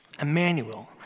Emmanuel